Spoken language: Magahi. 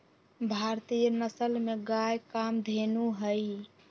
भारतीय नसल में गाय कामधेनु हई